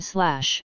Slash